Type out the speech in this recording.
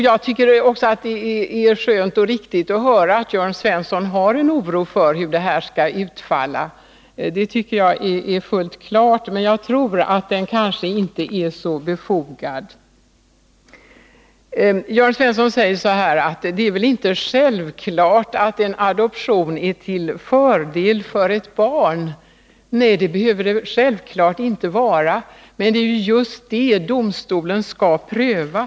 Jag tycker också att det är skönt och riktigt att höra att Jörn Svensson hyser oro för hur den nya ordningen skall utfalla, men jag tror att denna oro inte är så befogad. Jörn Svensson säger att det väl inte är självklart att en adoption är till fördel för ett barn. Nej, det behöver den naturligtvis inte vara, men det är just det domstolen skall pröva.